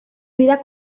dira